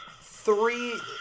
three